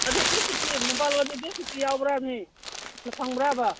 ꯑꯗꯣ ꯕꯦꯗ ꯁꯤꯠꯇꯤ ꯃꯣꯝꯄꯥꯛ ꯂꯧꯔꯗꯤ ꯕꯦꯗ ꯁꯤꯠꯇꯤ ꯌꯥꯎꯕ꯭ꯔꯃꯤ ꯐꯪꯕ꯭ꯔꯕ